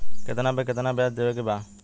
कितना पे कितना व्याज देवे के बा?